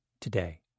today